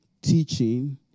teaching